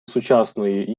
сучасної